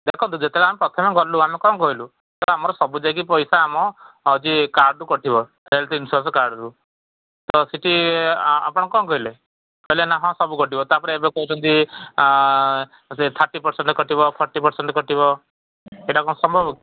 ଦେଖନ୍ତୁ ଯେତେବେଳେ ଆମେ ପ୍ରଥମେ ଗଲୁ ଆମେ କ'ଣ କହିଲୁ ସାର୍ ଆମର ସବୁ ଯାଇକି ପଇସା ଆମ ହେଉଛି କାର୍ଡ଼ଟୁ କଟିବ ହେଲ୍ଥ ଇନ୍ସୁରାନ୍ସ କାର୍ଡ଼ରୁ ତ ସେଠି ଆ ଆପଣ କ'ଣ କହିଲେ କହିଲେ ନା ହଁ ସବୁ କଟିବ ତା'ପରେ ଏବେ କହୁଛନ୍ତି ସେ ଥାର୍ଟି ପରସେଣ୍ଟ କଟିବ ଫର୍ଟି ପରସେଣ୍ଟ କଟିବ ସେଇଟା କ'ଣ ସମ୍ଭବ